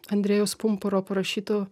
andrejaus pumpuro parašytu